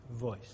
voice